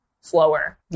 slower